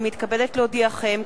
אני מתכבדת להודיעכם,